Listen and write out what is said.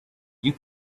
you